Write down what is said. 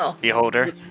beholder